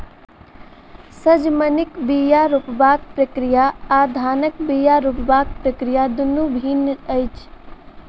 सजमनिक बीया रोपबाक प्रक्रिया आ धानक बीया रोपबाक प्रक्रिया दुनु भिन्न अछि